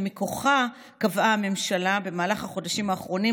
שמכוחה קבעה הממשלה במהלך החודשים האחרונים